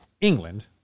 England